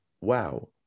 wow